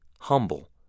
humble